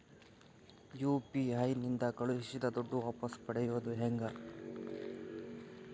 UPI ನಿಂದ ಕಳುಹಿಸಿದ ದುಡ್ಡು ವಾಪಸ್ ಪಡೆಯೋದು ಹೆಂಗ?